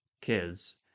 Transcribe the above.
kids